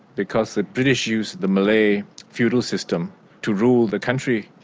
because the british used the malay feudal system to rule the country,